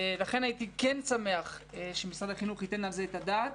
לכן הייתי שמח שמשרד החינוך ייתן על זה את הדעת,